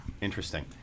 Interesting